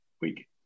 week